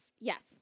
Yes